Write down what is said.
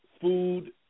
food